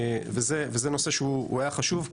וזה נושא שהוא היה חשוב,